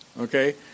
okay